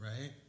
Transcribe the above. right